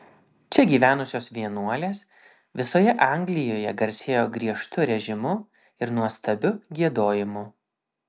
čia gyvenusios vienuolės visoje anglijoje garsėjo griežtu režimu ir nuostabiu giedojimu